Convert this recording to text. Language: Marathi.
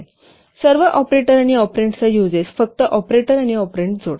सर्व ऑपरेटर आणि ऑपरेंडचा युजेस फक्त ऑपरेटर आणि ऑपरेंड जोडा